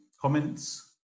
comments